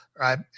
right